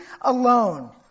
alone